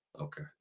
Okay